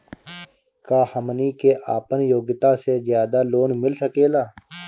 का हमनी के आपन योग्यता से ज्यादा लोन मिल सकेला?